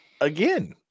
again